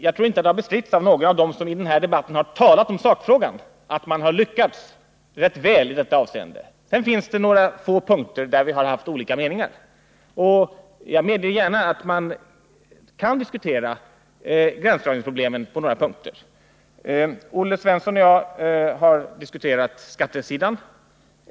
Jag tror inte att det har bestritts av några av dem som i den här debatten har talat i sakfrågan att vi har lyckats rätt väl i detta avseende. Sedan finns det några få punkter där vi haft olika meningar. Jag medger gärna att man kan diskutera gränsdragningsproblemen på några punkter. Olle Svensson och jag har diskuterat skattesidan.